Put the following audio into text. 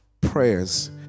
prayers